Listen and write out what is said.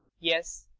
yes,